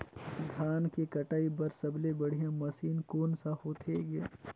धान के कटाई बर सबले बढ़िया मशीन कोन सा होथे ग?